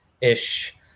ish